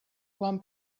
quan